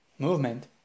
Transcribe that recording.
Movement